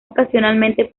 ocasionalmente